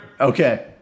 Okay